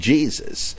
Jesus